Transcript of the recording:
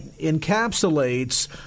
encapsulates